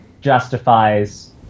justifies